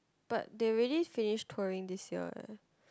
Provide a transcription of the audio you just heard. but they already finish touring this year eh